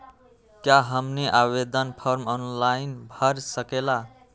क्या हमनी आवेदन फॉर्म ऑनलाइन भर सकेला?